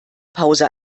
pause